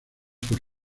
por